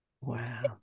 Wow